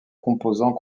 composants